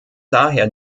daher